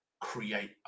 create